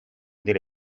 delle